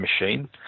machine